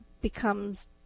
becomes